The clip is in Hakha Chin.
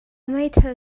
meithal